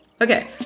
Okay